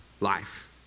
life